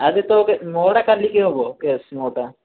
ଆଜି ତୋ କେ ମୋର ଟା କାଲିକି ହେବ କେସ୍ ମୋର ଟା